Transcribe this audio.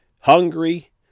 hungry